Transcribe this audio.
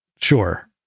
sure